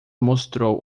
mostrou